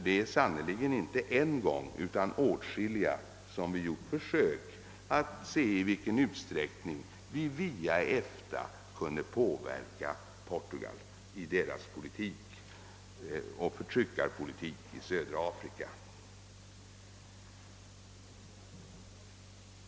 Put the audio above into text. Det är sannerligen inte en, utan åtskilliga gånger vi gjort försök att utreda i vilken utsträckning vi via EFTA kunde påverka Portugal i dess förtryckarpolitik i södra Afrika.